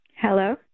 Hello